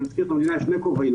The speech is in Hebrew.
אני מזכיר את המילה שני כובעים.